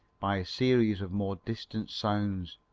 by a series of more distant sounds,